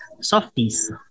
Softies